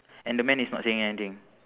and the man is not saying anything